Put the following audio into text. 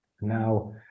now